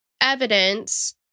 evidence